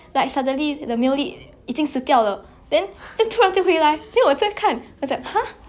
like ya then it's like so confusing lah 我最讨厌那种戏 like 我觉得我浪费时间 you know